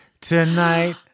tonight